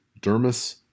dermis